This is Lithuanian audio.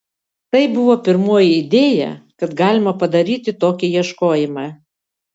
tai buvo pirmoji idėja kad galima padaryti tokį ieškojimą